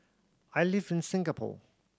I live in Singapore